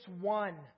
one